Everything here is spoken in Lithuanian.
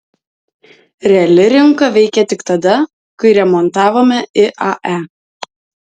reali rinka veikė tik tada kai remontavome iae